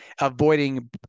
avoiding